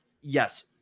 yes